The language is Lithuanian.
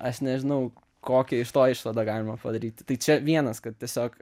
aš nežinau kokią iš to išvadą galima padaryti tai čia vienas kad tiesiog